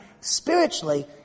spiritually